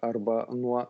arba nuo